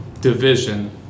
division